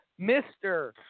Mr